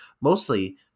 mostly